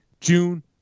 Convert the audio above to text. June